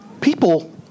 People